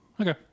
okay